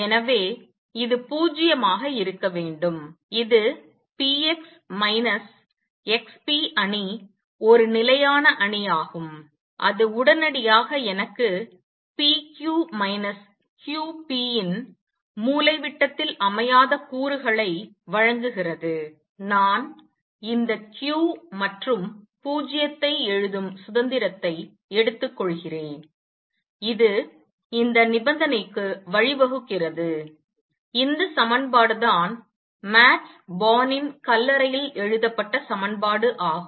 எனவே இது 0 ஆக இருக்க வேண்டும் இது p x x p அணி ஒரு நிலையான அணியாகும் அது உடனடியாக எனக்கு p q q p இன் மூலை விட்டத்தில் அமையாத கூறுகளை வழங்குகிறது நான் இந்த q மற்றும் 0 ஐ எழுதும் சுதந்திரத்தை எடுத்துக்கொள்கிறேன் இது இந்த நிபந்தனைக்கு வழிவகுக்கிறது இந்த சமன்பாடு தான் மேக்ஸ் போர்னின் கல்லறையில் Max Born's tombstone எழுதப்பட்ட சமன்பாடு ஆகும்